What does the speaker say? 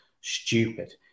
stupid